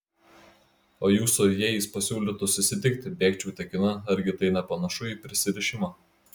o jūsų jei jis pasiūlytų susitikti bėgčiau tekina argi tai nepanašu į prisirišimą